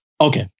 Okay